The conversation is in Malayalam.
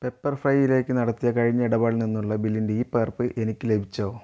പെപ്പർഫ്രൈയിലേക്ക് നടത്തിയ കഴിഞ്ഞ ഇടപാടിൽ നിന്നുള്ള ബില്ലിൻ്റെ ഈ പകർപ്പ് എനിക്ക് ലഭിച്ചോ